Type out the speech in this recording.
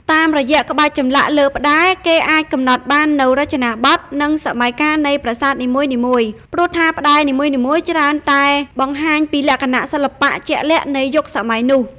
តាមរយៈក្បាច់ចម្លាក់លើផ្តែរ គេអាចកំណត់បាននូវរចនាបថ និងសម័យកាលនៃប្រាសាទនីមួយៗ ព្រោះថាផ្តែរនីមួយៗច្រើនតែបង្ហាញពីលក្ខណៈសិល្បៈជាក់លាក់នៃយុគសម័យនោះ។